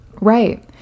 Right